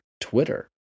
Twitter